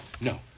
no